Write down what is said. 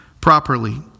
properly